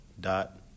dot